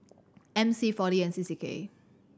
M C Four D and C C K